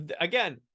again